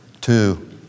Two